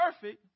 perfect